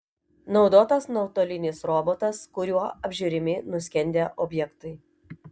naudotas nuotolinis robotas kuriuo apžiūrimi nuskendę objektai